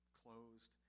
closed